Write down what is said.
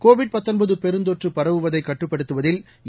Covid பெருந்தொற்று பரவுவதை கட்டுப்படுத்துவதில் என்